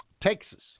Texas